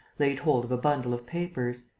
laid hold of a bundle of papers.